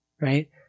Right